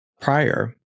prior